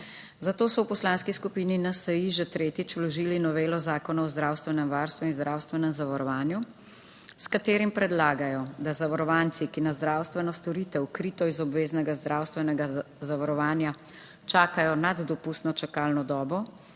Zato so v Poslanski skupini NSi že tretjič vložili novelo Zakona o zdravstvenem varstvu in zdravstvenem zavarovanju, s katerim predlagajo, da zavarovanci, ki na zdravstveno storitev, krito iz obveznega zdravstvenega zavarovanja, čakajo nad dopustno čakalno dobo,